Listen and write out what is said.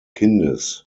kindes